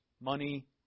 money